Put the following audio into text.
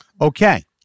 Okay